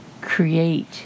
create